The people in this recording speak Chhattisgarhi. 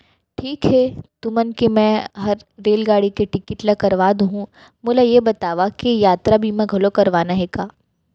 ठीक हे तुमन के मैं हर रेलगाड़ी के टिकिट ल करवा दुहूँ, मोला ये बतावा के यातरा बीमा घलौ करवाना हे का?